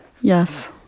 Yes